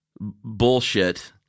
bullshit –